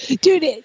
Dude